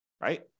right